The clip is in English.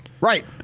Right